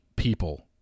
people